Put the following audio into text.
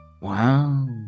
Wow